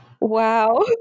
Wow